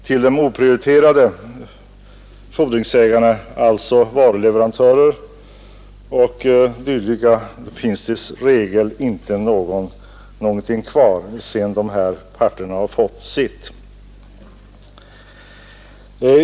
Till de oprioriterade fordringsägarna, alltså varuleverantörer etc., finns det i regel inte någonting kvar sedan dessa andra har fått sitt.